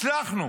הצלחנו